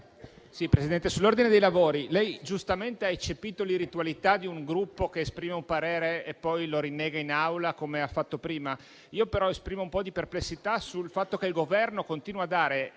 Presidente, lei giustamente ha eccepito l'irritualità di un Gruppo che esprime un parere e poi lo rinnega in Aula, come ha fatto prima. Io però esprimo un po' di perplessità sul fatto che il Governo continua a